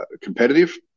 competitive